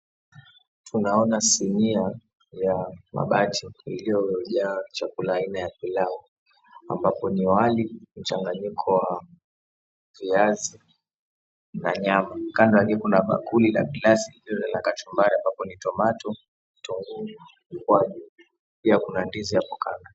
Tunaona sinia ya mabati iliyojaa chakula aina ya pilau ambapo kuna wali mchanganyiko wa viazi na nyama. Kando yake kuna bakuli la glasi iliyowekwa kachumbari ambayo ni tomato na mkwaju. Pia Kuna ndizi ya kukaanga.